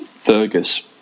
Fergus